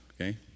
okay